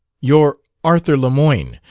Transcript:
your arthur lemoyne.